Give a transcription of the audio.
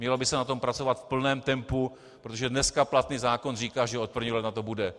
Mělo by se na tom pracovat v plném tempu, protože dnes platný zákon říká, že od 1. ledna to bude.